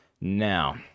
Now